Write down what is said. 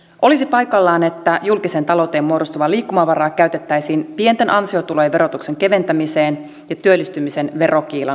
olisi paikallaan että julkiseen talouteen muodostuvaa liikkumavaraa käytettäisiin pienten ansiotulojen verotuksen keventämiseen ja työllistymisen verokiilan kaventamiseen